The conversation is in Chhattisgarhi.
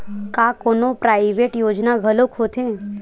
का कोनो प्राइवेट योजना घलोक होथे?